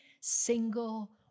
single